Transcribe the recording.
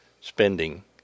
spending